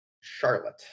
Charlotte